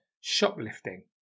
shoplifting